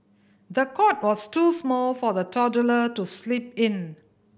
the cot was too small for the toddler to sleep in